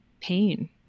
pain